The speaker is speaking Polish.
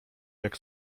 jak